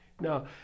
No